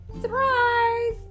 surprise